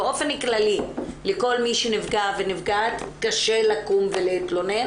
באופן כללי לכל מי שנפגע ונפגעת קשה לקום ולהתלונן